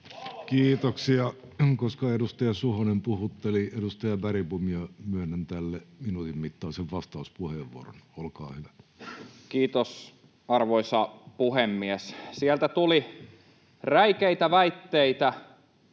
Kiitoksia. — Koska edustaja Suhonen puhutteli edustaja Bergbomia, myönnän tälle minuutin mittaisen vastauspuheenvuoron. — Olkaa hyvä. Kiitos, arvoisa puhemies! Sieltä tuli räikeitä väitteitä,